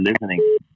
listening